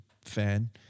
fan